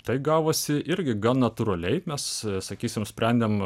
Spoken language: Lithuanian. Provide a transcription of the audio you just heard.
tai gavosi irgi gan natūraliai mes sakysim sprendėm